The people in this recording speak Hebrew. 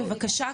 בבקשה,